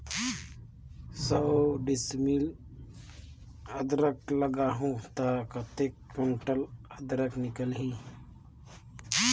सौ डिसमिल अदरक लगाहूं ता कतेक कुंटल अदरक निकल ही?